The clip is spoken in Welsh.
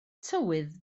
tywydd